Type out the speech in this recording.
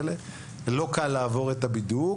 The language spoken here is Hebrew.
לא קל לעבור את הבידוק,